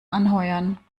anheuern